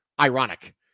ironic